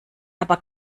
aber